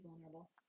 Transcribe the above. vulnerable